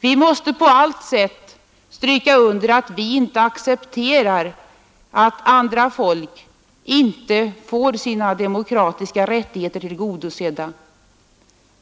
Vi måste på allt sätt stryka under att vi inte accepterar att andra folk inte får sina demokratiska rättigheter tillgodosedda,